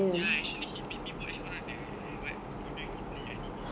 ya actually he make me watch one of the what Studio Ghibli animations